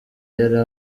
yari